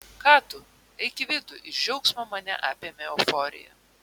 ką tu eik į vidų iš džiaugsmo mane apėmė euforija